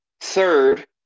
Third